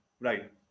right